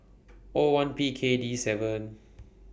O one P K D seven